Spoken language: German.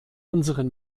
unseren